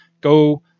go